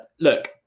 look